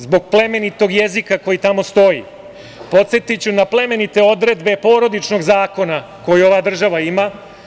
Zbog plemenitog jezika koji tamo stoji, podsetiću na plemenite odredbe Porodičnog zakona koji ova država ima.